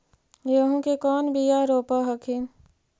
गेहूं के कौन बियाह रोप हखिन?